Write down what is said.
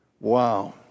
Wow